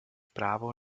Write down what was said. právo